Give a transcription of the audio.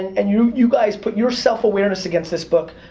and you you guys put your self-awareness against this book,